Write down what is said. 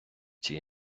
цій